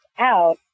out